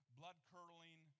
blood-curdling